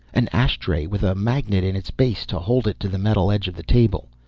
an ashtray with a magnet in its base to hold it to the metal edge of the table.